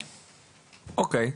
בסדר.